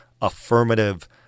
affirmative